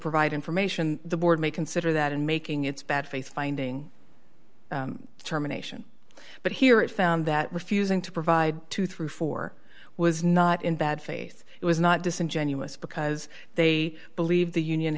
provide information the board may consider that in making its bad faith finding terminations but here it found that refusing to provide two through four was not in bad faith it was not disingenuous because they believed the union